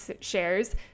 shares